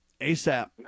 ASAP